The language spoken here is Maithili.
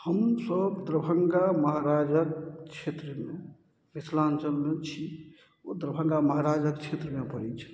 हमसब दरभंगा महराजक क्षेत्रमे मिथिलाञ्चलमे छी ओ दरभंगा महराजक क्षेत्रमे पड़य छै